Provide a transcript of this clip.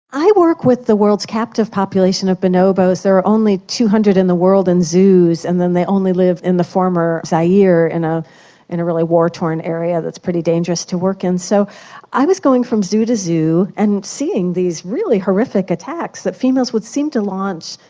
i work with the world's captive population of bonobos. there are only two hundred in the world in zoos and then they only live in the former zaire in ah a really war-torn area that's pretty dangerous to work in. so i was going from zoo to zoo and seeing these really horrific attacks that females would seem to launch,